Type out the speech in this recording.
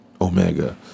Omega